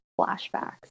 flashbacks